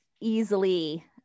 easily